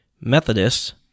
Methodists